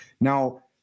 Now